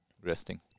resting